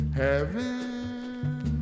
heaven